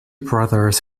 brothers